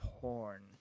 porn